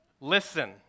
Listen